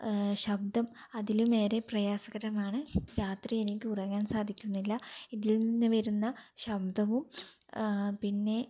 ശബ്ദം അതിലും ഏറെ പ്രയസകരമാണ് രാത്രി എനിക്ക് ഉറങ്ങാന് സാധിക്കുന്നില്ല ഇതിൽ നിന്നുവരുന്ന ശബ്ദവും പിന്നെ